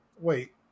Wait